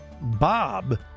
Bob